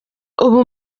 ubu